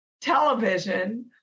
television